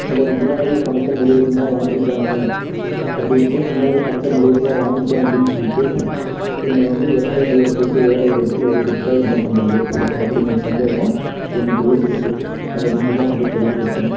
இல்லை முன்னாலேயே பணத்தை முழுவதுமாக வாங்கிட்டாங்க அப்படின்ட்டு முன்னாலேயே பணத்தை முழுவதுமாக வாங்கிட்டோம் அப்படினு சொல்லிட்டு என்னை வந்து இறங்க வேண்டிய இடத்த விட்டு வேற ஒரு இடத்துல இறக்கி விட்டால் என்ன பண்ணுறது அப்படிங்கிற சந்தேகம் எனக்குள்ளே இருக்குது அதை நீங்கள் தான் வந்து தெளிவு படுத்தணும்